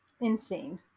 Insane